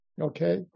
Okay